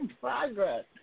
progress